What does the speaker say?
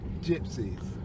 gypsies